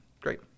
Great